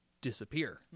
disappear